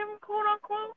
quote-unquote